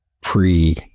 pre